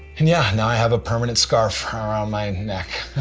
and yeah now i have a permanent scarf around my neck.